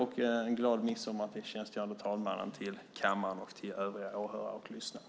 En glad midsommar önskar jag tjänstgörande talmannen, kammarens ledamöter och övriga åhörare och lyssnare.